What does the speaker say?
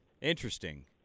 Interesting